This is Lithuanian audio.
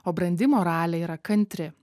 o brandi moralė yra kantri